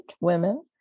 women